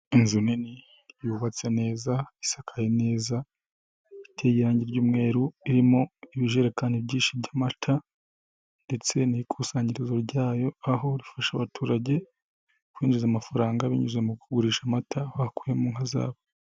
Inzu nini yubatse neza isakaye neza iteye irangi ry'umweru irimo ibijerekani byinshi by'amata, ndetse n'ikusanyirizo ryayo aho rifasha abaturage kwinjiza amafaranga binyuze mu kugurisha amata, bakuye mu nka zabo.